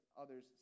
others